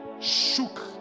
shook